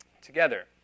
together